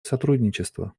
сотрудничество